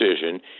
decision